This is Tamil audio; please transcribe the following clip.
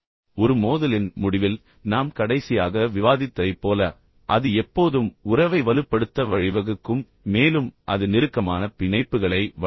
ஒரு மோதலின் முடிவில் நாம் கடைசியாக விவாதித்ததைப் போல அது எப்போதும் உறவை வலுப்படுத்த வழிவகுக்கும் மேலும் அது நெருக்கமான பிணைப்புகளை வளர்க்கும்